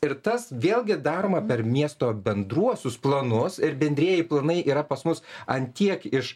ir tas vėlgi daroma per miesto bendruosius planus ir bendrieji planai yra pas mus ant tiek iš